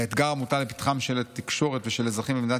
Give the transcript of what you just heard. "האתגר מוטל לפתחם של התקשורת ושל אזרחים במדינת